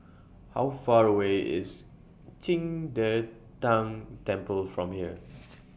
How Far away IS Qing De Tang Temple from here